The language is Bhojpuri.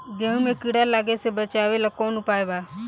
गेहूँ मे कीड़ा लागे से बचावेला कौन उपाय बा?